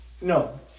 No